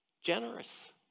generous